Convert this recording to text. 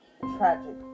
tragic